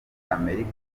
amerika